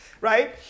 Right